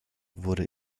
wurde